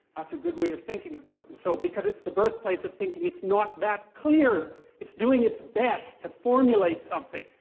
that's a good way of thinking about it. and so because it's the birthplace of thinking, it's not that clear. it's doing its best to formulate something.